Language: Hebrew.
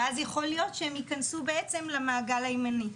ואז יכול להיות שהם ייכנסו בעצם למעגל הימני.